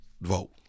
vote